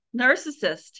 narcissist